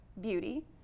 beauty